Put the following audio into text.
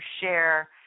share